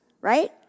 right